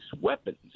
weapons